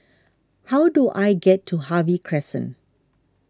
how do I get to Harvey Crescent